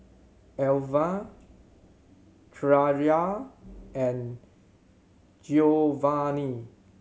Elva Kyara and Giovani